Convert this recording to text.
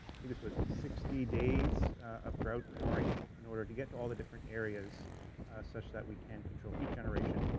i think it's what? sixty days of grout pouring in order to get to all the different areas such that we can control heat generation,